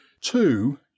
Two